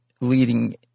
leading